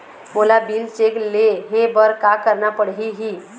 मोला bill check ले हे बर का करना पड़ही ही?